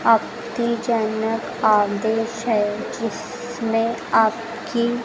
आपत्तिजनक आदेश है जिसमें आपकी